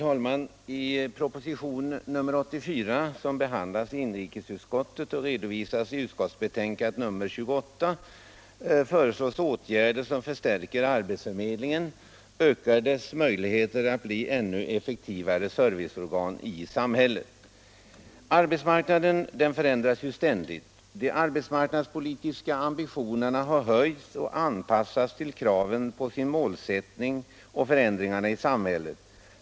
Arbetsmarknaden förändras ständigt. De arbetsmarknadspolitiska ambitionerna har höjts och anpassats till kraven på sin målsättning och förändringarna i samhället.